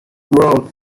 wrote